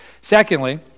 Secondly